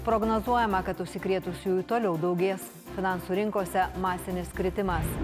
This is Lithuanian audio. prognozuojama kad užsikrėtusiųjų toliau daugės finansų rinkose masinis kritimas